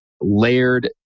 layered